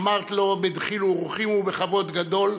אמרתי לו בדחילו ורחימו ובכבוד גדול,